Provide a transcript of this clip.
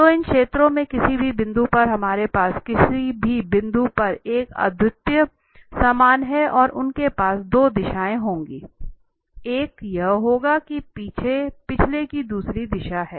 तो इन सतहों के किसी भी बिंदु पर हमारे पास किसी भी बिंदु पर एक अद्वितीय सामान्य है और उनके पास दो दिशाएं होंगी एक यह होगा कि पिछले की दूसरी दिशा है